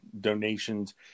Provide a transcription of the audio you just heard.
donations